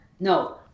No